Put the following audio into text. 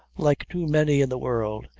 like too many in the world,